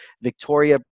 Victoria